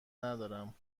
ندارم